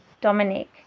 Dominic